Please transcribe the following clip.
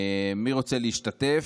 מי רוצה להשתתף?